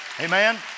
Amen